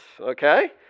okay